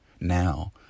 now